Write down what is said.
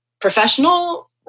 professional